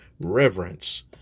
reverence